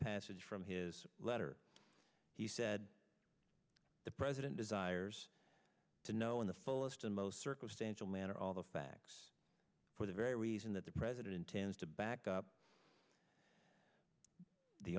passage from his letter he said the president desires to know in the fullest and most circumstantial manner all the facts for the very reason that the president intends to back up the